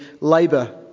labour